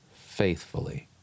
faithfully